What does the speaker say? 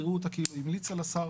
יראו אותה כאילו המליצה לשר